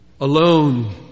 Alone